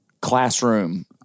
classroom